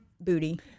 booty